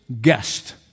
guest